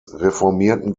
reformierten